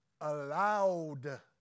allowed